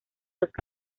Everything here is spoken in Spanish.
los